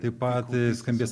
taip pat skambės